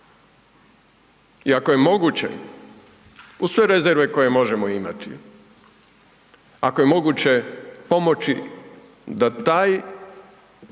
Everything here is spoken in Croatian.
i ako je moguće uz sve rezerve koje možemo imati, ako je moguće pomoći da taj segment